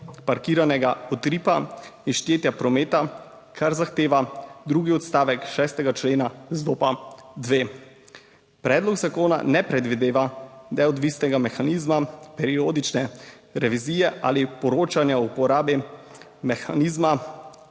parkiranega utripa in štetja prometa, kar zahteva drugi odstavek 6. člena ZVOP-2. Predlog zakona ne predvideva neodvisnega mehanizma periodične revizije ali poročanja o uporabi mehanizma